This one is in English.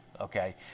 Okay